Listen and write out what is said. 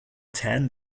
tan